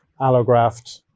allograft